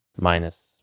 minus